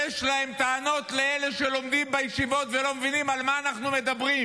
יש להם טענות לאלה שלומדים בישיבות ולא מבינים על מה אנו מדברים,